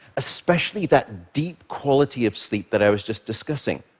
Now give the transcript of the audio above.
especially that deep quality of sleep that i was just discussing.